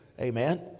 Amen